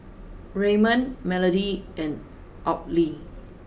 Raymond Melodie and Audley